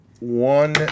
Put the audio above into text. One